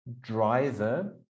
driver